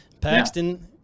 Paxton